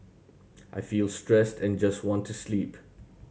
I feel stressed and just want to sleep